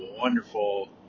wonderful